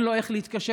אין לו איך להתקשר,